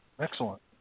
Excellent